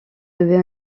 devait